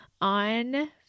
on